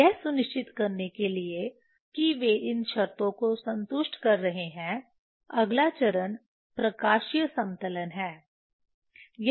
यह सुनिश्चित करने के लिए कि वे इन शर्तों को संतुष्ट कर रहे हैं अगला चरण प्रकाशीय समतलन है यह नहीं किया गया है